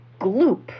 gloop